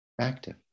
active